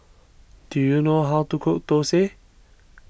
do you know how to cook Thosai